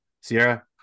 Sierra